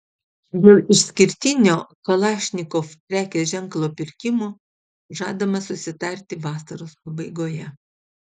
dėl išskirtinio kalašnikov prekės ženklo pirkimo žadama susitarti vasaros pabaigoje